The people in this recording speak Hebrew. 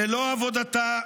ללא עבודתה,